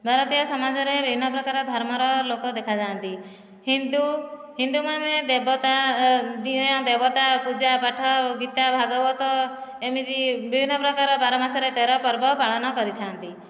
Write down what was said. ଭାରତୀୟ ସମାଜରେ ବିଭିନ୍ନ ପ୍ରକାର ଧର୍ମର ଲୋକ ଦେଖାଯାଆନ୍ତି ହିନ୍ଦୁ ହିନ୍ଦୁମାନେ ଦେବତା ଦିଅଁ ଦେବତା ପୂଜା ପାଠ ଗୀତା ଭାଗବତ ଏମିତି ବିଭିନ୍ନ ପ୍ରକାର ବାର ମାସରେ ତେର ପର୍ବ ପାଳନ କରିଥାନ୍ତି